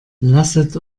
lasset